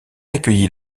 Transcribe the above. accueilli